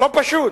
לא פשוט.